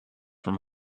from